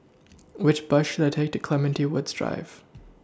Which Bus should I Take to Clementi Woods Drive